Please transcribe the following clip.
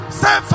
say